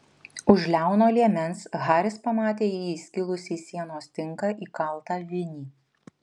už liauno liemens haris pamatė į įskilusį sienos tinką įkaltą vinį